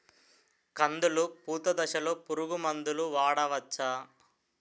కందులు పూత దశలో పురుగు మందులు వాడవచ్చా?